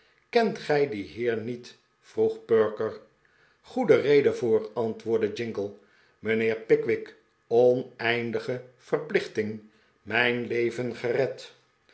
kent gij dien heer niet vroeg perker goede reden voor antwoordde jingle mijnheer pickwick oneindige verplichting mijn leven gered